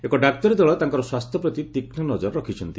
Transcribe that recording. ଏକ ଡାକ୍ତରୀ ଦଳ ତାଙ୍କର ସ୍ୱାସ୍ଥ୍ୟ ପ୍ରତି ତୀକ୍ଷ୍କ ନଜର ରଖିଛନ୍ତି